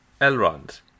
Elrond